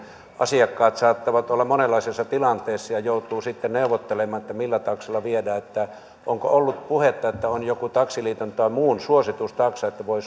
asiakkaat saattavat olla monenlaisessa tilanteessa ja joutuvat sitten neuvottelemaan siitä millä taksalla viedään onko ollut puhetta että on joku taksiliiton tai muun suositustaksa että voi